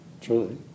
truly